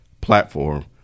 platform